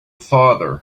father